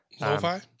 Lo-fi